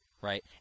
Right